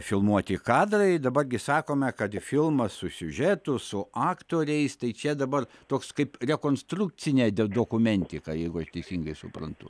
filmuoti kadrai dabar gi sakome kad filmas su siužetu su aktoriais tai čia dabar toks kaip rekonstrukcinė dokumentika jeigu aš teisingai suprantu